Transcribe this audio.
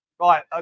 Right